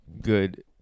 good